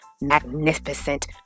magnificent